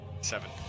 Seven